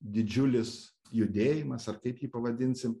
didžiulis judėjimas ar kaip jį pavadinsim